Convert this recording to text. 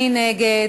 מי נגד?